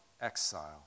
exile